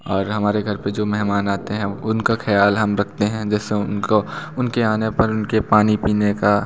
और हमारे घर पर जो मेहमान आते हैं उनका ख़याल हम रखते हैं जैसे उनको उनके आने पर उनके पानी पीने का